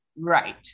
Right